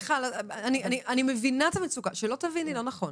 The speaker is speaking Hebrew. מיכל, אני מבינה את המצוקה, שלא תביני לא נכון.